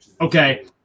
Okay